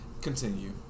Continue